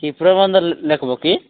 କି ପ୍ରବନ୍ଧ ଲେଖିବ କି